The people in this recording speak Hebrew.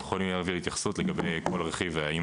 אנחנו יכולים להעביר התייחסות לגבי כל רכיב והאם